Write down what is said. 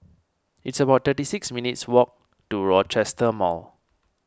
it's about thirty six minutes' walk to Rochester Mall